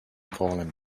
calling